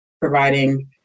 providing